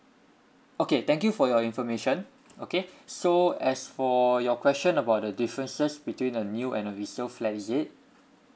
okay thank you for your information okay so as for your question about the differences between a new and a resale flat is it